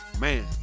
man